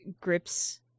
grips